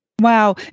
Wow